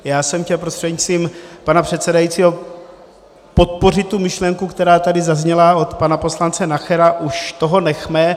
Já jsem chtěl prostřednictvím pana předsedajícího podpořit tu myšlenku, která tady zazněla od pana poslance Nachera už toho nechme.